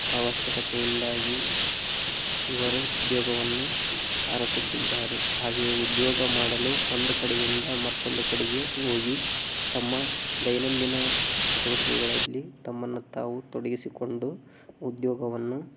ಅವಶ್ಯಕತೆಯಿಂದಾಗಿ ಇವರು ಉದ್ಯೋಗವನ್ನು ಅರಸುತ್ತಿದ್ದಾರೆ ಹಾಗೆಯೇ ಉದ್ಯೋಗ ಮಾಡಲು ಒಂದು ಕಡೆಯಿಂದ ಮತ್ತೊಂದು ಕಡೆಗೆ ಹೋಗಿ ತಮ್ಮ ದೈನಂದಿನ ಚಟುವಟಿಕೆಗಳಲ್ಲಿ ತಮ್ಮನ್ನು ತಾವು ತೊಡಗಿಸಿಕೊಂಡು ಉದ್ಯೋಗವನ್ನು